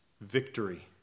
victory